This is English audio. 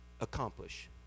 accomplish